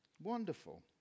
Wonderful